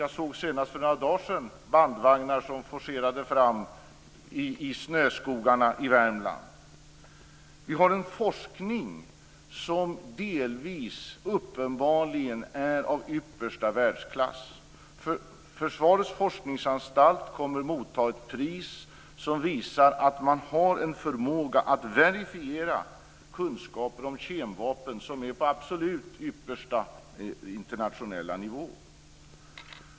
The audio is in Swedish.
Jag såg senast för några dagar sedan bandvagnar som forcerade fram i snöskogarna i Vi har en forskning som delvis uppenbarligen är av yppersta världsklass. Försvarets forskningsanstalt kommer att motta ett pris som visar att man kan verifiera kunskaper om kemvapen som är på absolut internationell nivå.